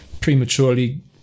prematurely